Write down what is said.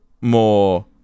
more